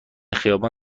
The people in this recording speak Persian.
خیابان